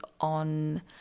on